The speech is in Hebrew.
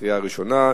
קריאה ראשונה.